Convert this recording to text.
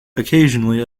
occasionally